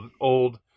old